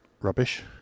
rubbish